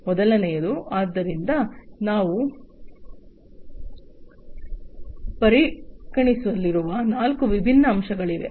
ಮೊದಲನೆಯದು ಆದ್ದರಿಂದ ನಾವು ಪರಿಗಣಿಸಿರುವ ನಾಲ್ಕು ವಿಭಿನ್ನ ಅಂಶಗಳಿವೆ